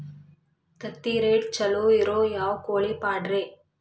ತತ್ತಿರೇಟ್ ಛಲೋ ಇರೋ ಯಾವ್ ಕೋಳಿ ಪಾಡ್ರೇ?